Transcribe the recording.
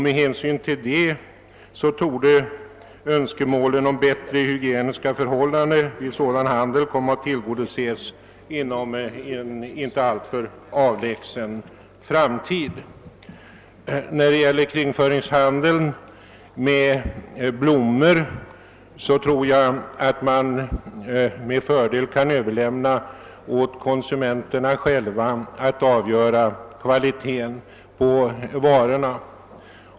Med hänsyn härtill torde önskemålen om bättre hygieniska förhållanden vid sådan handel komma att tillgodoses inom en inte alltför avlägsen framtid. När det gäller kringföringshandeln med blommor tror jag att man med fördel kan överlämna åt konsumenterna själva att avgöra kvaliteten på varorna.